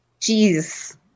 Jeez